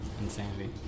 Insanity